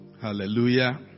Hallelujah